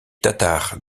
tatars